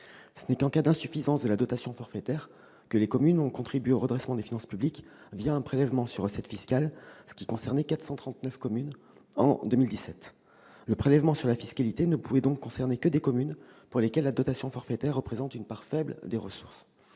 simplement en cas d'insuffisance de la dotation forfaitaire que les communes ont contribué au redressement des finances publiques un prélèvement sur recettes fiscales. Cette situation concernait 439 communes au total en 2017. Le prélèvement sur la fiscalité ne pouvait donc concerner que des communes pour lesquelles la dotation forfaitaire représente une part faible des ressources.